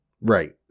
Right